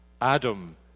Adam